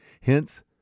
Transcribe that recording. Hence